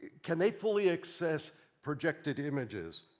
can they fully access projected images?